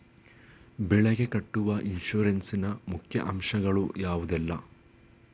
ಬೆಳೆಗೆ ಕಟ್ಟುವ ಇನ್ಸೂರೆನ್ಸ್ ನ ಮುಖ್ಯ ಅಂಶ ಗಳು ಯಾವುದೆಲ್ಲ?